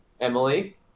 Emily